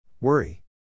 worry